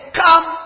come